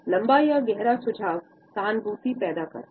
लम्बा या गहरा झुकाव सहानुभूति पैदा करता है